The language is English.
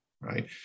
right